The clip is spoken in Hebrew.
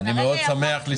אני שמח מאוד לשמוע.